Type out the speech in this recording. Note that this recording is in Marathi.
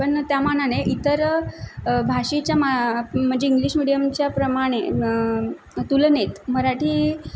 पण त्या मानाने इतर भाषेच्या मा इंग्लिश मिडियमच्या प्रमाणे तुलनेत मराठी